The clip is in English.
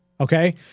Okay